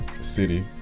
City